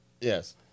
yes